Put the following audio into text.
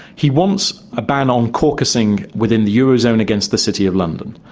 he wants a ban on caucusing within the eurozone against the city of london.